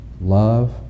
love